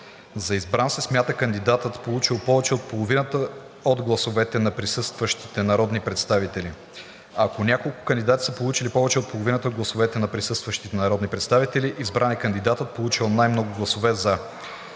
За избран се смята кандидатът, получил повече от половината от гласовете на присъстващите народни представители. Ако няколко кандидати са получили повече от половината от гласовете на присъстващите народни представители, избран е кандидатът, получил най-много гласове „за“.